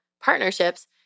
partnerships